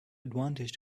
advantage